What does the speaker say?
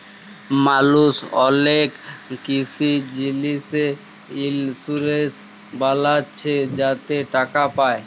মালুস অলেক কিসি জিলিসে ইলসুরেলস বালাচ্ছে যাতে টাকা পায়